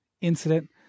incident